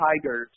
Tigers